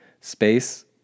space